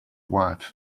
wife